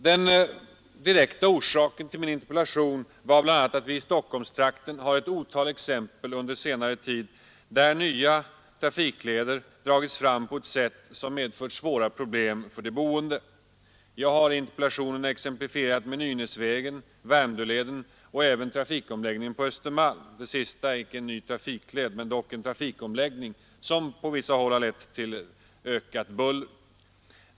Den direkta orsaken till min interpellation var bl.a. att vi i Stockholmstrakten har ett otal exempel under senare tid där nya trafikleder dragits fram på ett sätt, som medfört svåra problem för de boende. Jag har i interpellationen exemplifierat med Nynäsvägen, Värmdöleden och även trafikomläggningen på Östermalm. Det sista fallet gäller inte en trafikled men dock en trafikomläggning, som på vissa håll har förorsakat ökat buller.